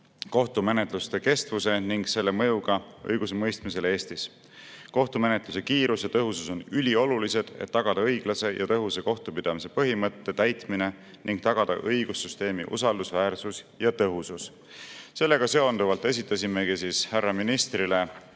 kohtumenetluste kestuse ning selle mõju kohta õiguse mõistmisel Eestis. Kohtumenetluse kiirus ja tõhusus on üliolulised, et tagada õiglase ja tõhusa kohtupidamise põhimõtte täitmine ning tagada õigussüsteemi usaldusväärsus ja tõhusus. Sellega seonduvalt esitasimegi härra ministrile